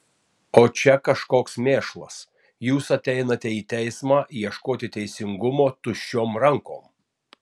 o čia kažkoks mėšlas jūs ateinate į teismą ieškoti teisingumo tuščiom rankom